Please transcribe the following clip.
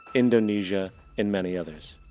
indonesia and many others.